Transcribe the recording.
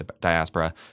diaspora